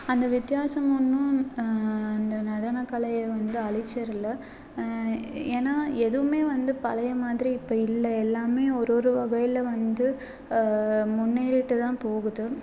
அந்த வித்தியாசம் ஒன்றும் அந்த நடனக்கலையை வந்து அழிச்சிரல ஏன்னா எதுவுமே வந்து பழைய மாதிரி இப்போ இல்லை எல்லாமே ஒரு ஒரு வகையில் வந்து முன்னேறிகிட்டு தான் போகுது